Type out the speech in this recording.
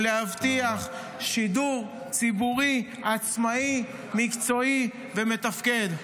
-- ולהבטיח שידור ציבורי, עצמאי, מקצועי ומתפקד.